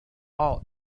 all